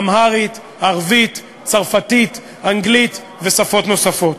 אמהרית, ערבית, צרפתית, אנגלית ושפות נוספות.